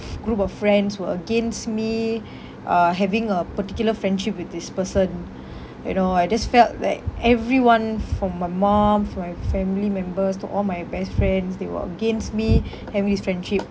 group of friends were against me uh having a particular friendship with this person you know I just felt like everyone from my mum from my family members to all my best friends they were against me having this friendship